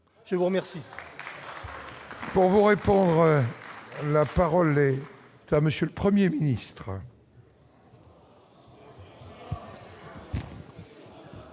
je vous remercie.